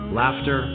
laughter